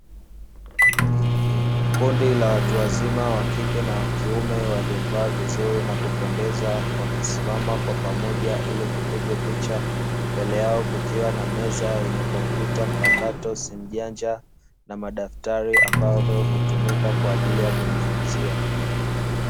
Kundi la watu wazima wakike na wakiume, waliovaa vizuri na kupendeza. Wakisimama kwa pamoja ili kupigwa picha. Mbele yao kukiwa na meza yenye kompyuta mpakato na simu janja, na madaftari ambayo hutumika kwa ajili ya kujifunzia.